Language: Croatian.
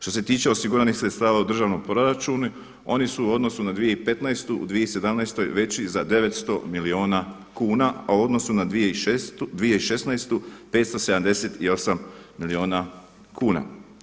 Što se tiče osiguranih sredstava u državnom proračunu oni su u odnosu na 2015. u 2017. veći za 900 milijuna kuna, a u odnosu na 2016. 578 milijuna kuna.